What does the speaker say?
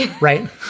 Right